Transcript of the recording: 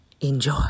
enjoy